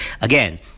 again